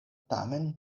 tamen